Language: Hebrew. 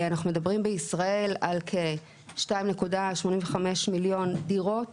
אנחנו מדברים בישראל על כ-2.85 מיליון דירות